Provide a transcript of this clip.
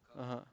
(uh huh)